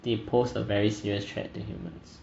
it pose a very serious threat to humans